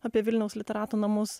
apie vilniaus literatų namus